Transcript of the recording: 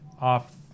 off